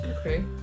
Okay